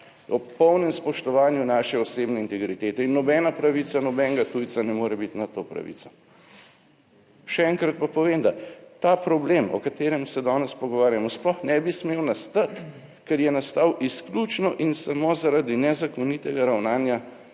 popolnem spoštovanju naše osebne integritete in nobena pravica nobenega tujca ne more biti nad to pravico. Še enkrat pa povem, da ta problem, o katerem se danes pogovarjamo, sploh ne bi smel nastati, ker je nastal izključno in samo zaradi nezakonitega ravnanja